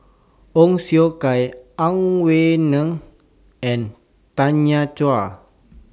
Ong Siong Kai Ang Wei Neng and Tanya Chua